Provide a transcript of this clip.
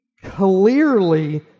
clearly